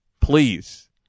Please